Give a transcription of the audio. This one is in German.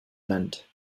land